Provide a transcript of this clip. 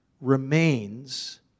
remains